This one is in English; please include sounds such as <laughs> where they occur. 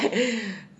<laughs>